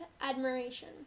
admiration